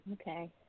okay